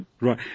Right